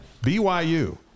byu